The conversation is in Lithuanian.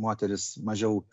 moterys mažiau